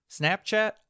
Snapchat